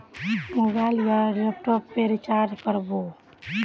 Mobile या laptop पेर recharge कर बो?